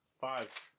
five